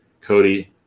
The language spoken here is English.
Cody